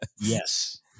Yes